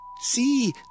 See